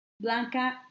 Blanca